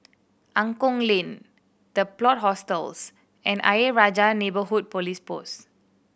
Angklong Lane The Plot Hostels and Ayer Rajah Neighbourhood Police Post